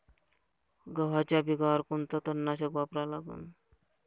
गव्हाच्या पिकावर कोनचं तननाशक वापरा लागन?